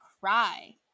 cry